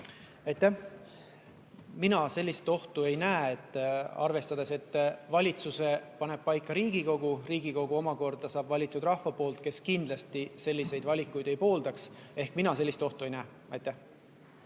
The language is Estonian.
Mina sellist ohtu ei näe. Arvestades, et valitsuse paneb paika Riigikogu, Riigikogu omakorda valitakse rahva poolt, kes kindlasti selliseid valikuid ei pooldaks, mina sellist ohtu ei näe.